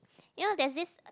you know there's this uh